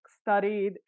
studied